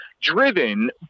driven